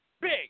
Big